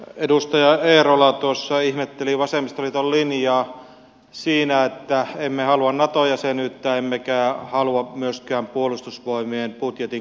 edustaja eerola tuossa ihmetteli vasemmistoliiton linjaa siinä että emme halua nato jäsenyyttä emmekä halua myöskään puolustusvoimien budjetin kasvattamista